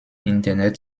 internet